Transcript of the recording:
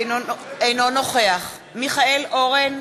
אינו נוכח מיכאל אורן,